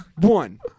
One